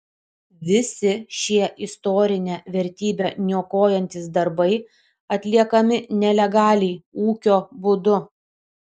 visi šie istorinę vertybę niokojantys darbai atliekami nelegaliai ūkio būdu